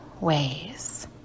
ways